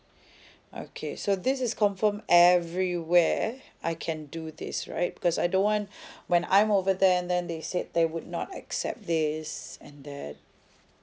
okay so this is confirm everywhere I can do this right because I don't want when I'm over there and then they said they would not accept this and that